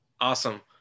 awesome